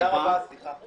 תודה רבה, סליחה.